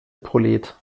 prolet